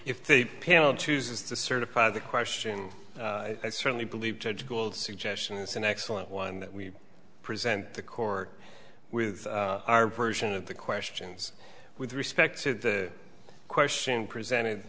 if the piano chooses to certify the question i certainly believe judge gould suggestion is an excellent one that we present the court with our version of the questions with respect to the question presented